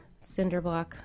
Cinderblock